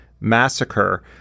massacre